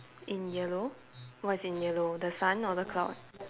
in yellow what's in yellow the sun or the cloud